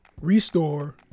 restore